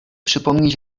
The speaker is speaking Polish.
przypomnieć